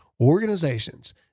organizations